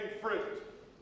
fruit